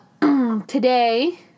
today